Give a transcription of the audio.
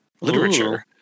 literature